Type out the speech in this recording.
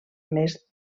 més